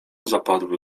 zapadły